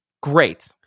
Great